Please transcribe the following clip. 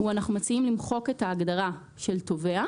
אנחנו מציעים למחוק את הגדרת "תובע".